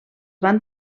van